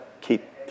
keep